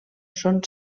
són